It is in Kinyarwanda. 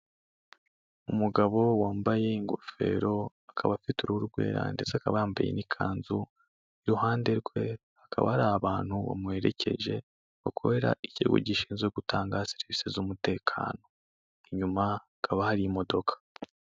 Umugabo wambaye ingofero akaba afite uruhu rwera ndetse akaba yambaye n'ikanzu, iruhande rwe hakaba hari abantu bamuherekeje, bakorera ikigo gishinzwe gutanga serivisi z'umutekano, inyuma hakaba hari imodoka.